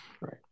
right